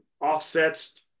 offsets